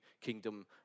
kingdom